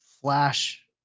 Flash